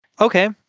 Okay